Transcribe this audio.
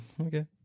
okay